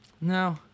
No